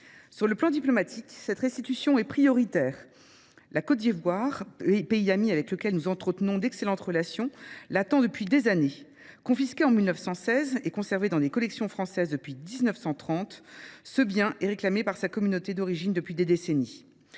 Sur le plan diplomatique, cette restitution est prioritaire. La Côte d'Ivoire, pays ami avec lequel nous entretenons d'excellentes relations, l'attend depuis des années. Confisquée en 1916 et conservée dans des collections françaises depuis 1930, ce bien est réclamé par sa communauté d'origine depuis des décennies.